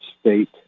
state